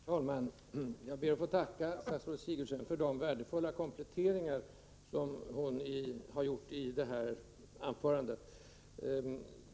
Herr talman! Jag ber att få tacka statsrådet Sigurdsen för de värdefulla kompletteringar som hon gjorde i sitt senaste anförande.